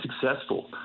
successful